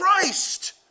Christ